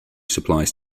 supplies